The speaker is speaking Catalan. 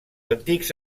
antics